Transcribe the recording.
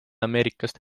ameerikast